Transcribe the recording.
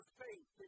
faith